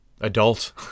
adult